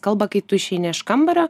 kalba kai tu išeini iš kambario